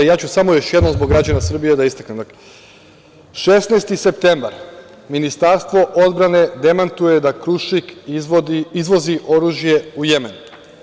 Ja ću samo još jednom zbog građana Srbije da istaknem, dakle 16. septembar, Ministarstvo odbrane demantuje da „Krušik“ izvozi oružje u Jemen.